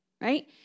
Right